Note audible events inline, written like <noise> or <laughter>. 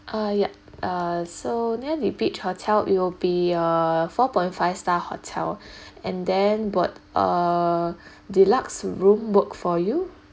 uh yup uh so near the beach hotel it'll be a four point five star hotel <breath> and then would a deluxe room work for you